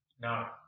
no